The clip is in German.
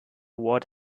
ward